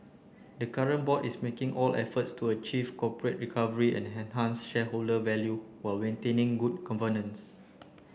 the current board is making all efforts to achieve corporate recovery and enhance shareholder value while maintaining good governance